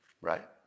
right